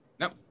Nope